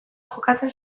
jokatzen